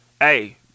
hey